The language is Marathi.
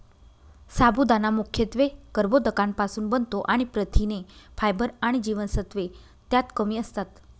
साबुदाणा मुख्यत्वे कर्बोदकांपासुन बनतो आणि प्रथिने, फायबर आणि जीवनसत्त्वे त्यात कमी असतात